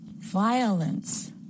Violence